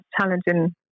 challenging